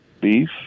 beef